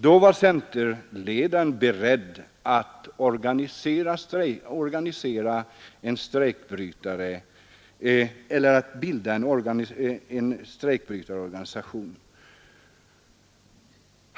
Då var centerledaren beredd att bilda en strejkbrytarorganisation.